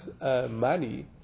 money